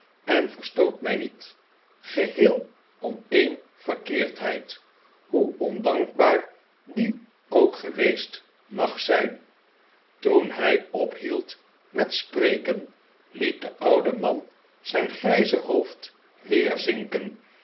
en verstoot mij niet geheel om een verkeerdheid hoe ondankbaar die ook geweest mag zijn toen hij ophield met spreken liet de oude man zijn grijze hoofd weer zinken